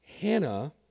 Hannah